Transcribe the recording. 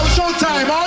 showtime